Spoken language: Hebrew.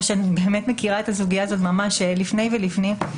כך שאני באמת מכירה את הסוגיה הזאת ממש לפני ולפנים,